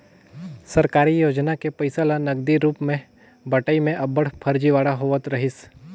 सरकारी योजना के पइसा ल नगदी रूप में बंटई में अब्बड़ फरजीवाड़ा होवत रहिस